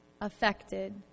Affected